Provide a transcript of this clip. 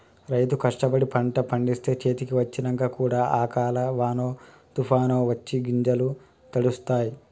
రైతు కష్టపడి పంట పండిస్తే చేతికి వచ్చినంక కూడా అకాల వానో తుఫానొ వచ్చి గింజలు తడుస్తాయ్